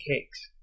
cakes